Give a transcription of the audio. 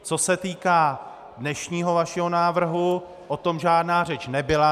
Co se týká dnešního vašeho návrhu, o tom žádná řeč nebyla.